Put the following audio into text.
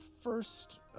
first